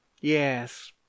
yes